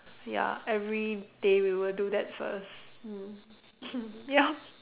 ya everyday we will do that first mm ya